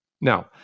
Now